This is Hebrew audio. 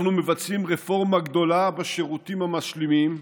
אנחנו מבצעים רפורמה גדולה בשירותים המשלימים,